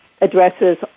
addresses